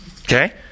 Okay